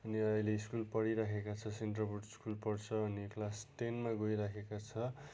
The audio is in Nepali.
अनि अहिले स्कुल पढिरहेका छ सेन्ट रोबर्ट्स स्कुल पढ्छ अनि क्लास टेनमा गइराहेका छ